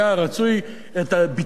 את הביטוי הבוטה,